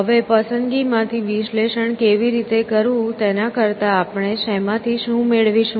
હવે પસંદગીમાંથી વિશ્લેષણ કેવી રીતે કરવું તેના કરતાં આપણે શેમાંથી શું મેળવીશું